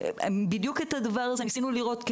בדיוק את הדבר הזה ניסינו לראות כי